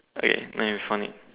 okay now we found it